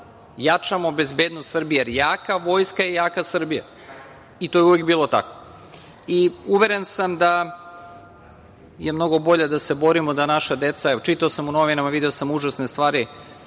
jačamo bezbednost Srbije, jer jaka vojska je jaka Srbija. To je uvek bilo tako. Uveren sam da je mnogo bolje da se borimo da naša deca, čitao sam u novinama, video sam užasne stvari,